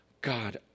God